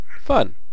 Fun